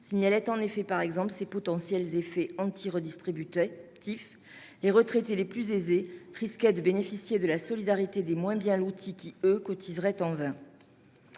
signalait notamment ses potentiels effets anti-redistributifs : les retraités les plus aisés risquaient ainsi de bénéficier de la solidarité des moins bien lotis, lesquels, eux, cotiseraient en vain.